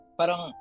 parang